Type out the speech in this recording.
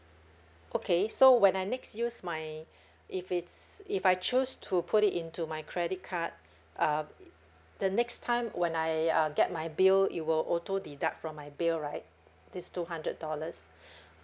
okay so when I next use my if it's if I choose to put it into my credit card um the next time when I uh get my bill it will auto deduct from my bill right this two hundred dollars